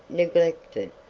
neglected,